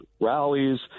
rallies